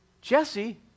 Jesse